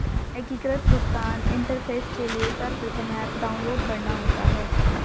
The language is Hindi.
एकीकृत भुगतान इंटरफेस के लिए सर्वप्रथम ऐप डाउनलोड करना होता है